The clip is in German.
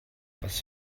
was